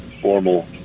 formal